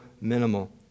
minimal